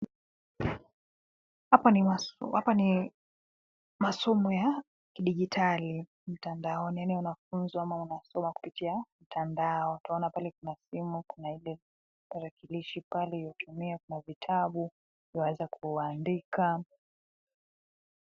Hapa ni masomo ya kidigitali mtandao, yaani wanafunzwa ma wanasoma kupitia mtandao, tunaona pale kuna simu, kuna ile tarakilishi pale, inayotumia, kuna vitabu, vya kuweza kuandika.